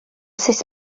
sut